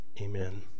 amen